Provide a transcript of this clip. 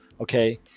Okay